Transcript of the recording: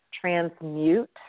transmute